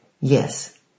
Yes